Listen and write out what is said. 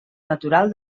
natural